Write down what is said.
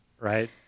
Right